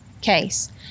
case